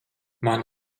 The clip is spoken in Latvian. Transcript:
man